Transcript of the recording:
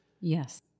Yes